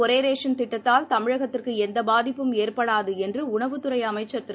ஒரேரேஷன் திட்டத்தால் தமிழகத்திற்குஎந்தபாதிப்பும் ஏற்படாதுஎன்றுஉணவுத் துறைஅமைச்சர் திரு